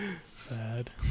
Sad